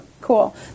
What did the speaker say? Cool